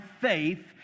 Faith